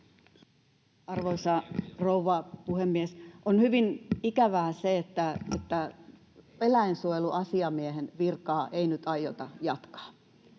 Arvoisa rouva puhemies! On hyvin ikävää se, että eläinsuojeluasiamiehen virkaa ei nyt aiota jatkaa.